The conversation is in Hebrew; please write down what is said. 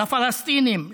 לפלסטינים,